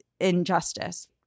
injustice